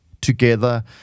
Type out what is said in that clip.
together